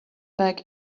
back